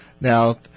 Now